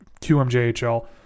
QMJHL